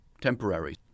temporary